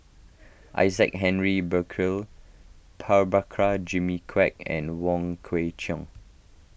Isaac Henry Burkill Prabhakara Jimmy Quek and Wong Kwei Cheong